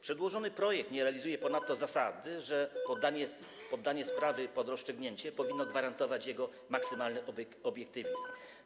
Przedłożony projekt nie realizuje ponadto zasady, że poddanie sprawy pod rozstrzygnięcie powinno gwarantować jego maksymalny obiektywizm.